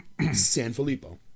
Sanfilippo